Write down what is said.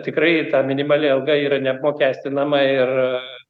tikrai ta minimali alga yra neapmokestinama ir